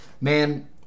man